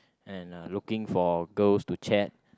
and looking for girls to chat